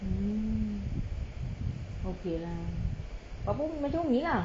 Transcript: hmm okay lah macam umi lah